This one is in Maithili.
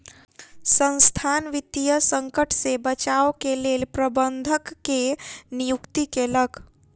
संसथान वित्तीय संकट से बचाव के लेल प्रबंधक के नियुक्ति केलक